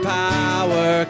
power